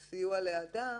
זה סיוע לאדם